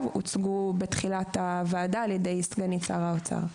הוצגו בתחילת הוועדה על ידי סגנית שר האוצר.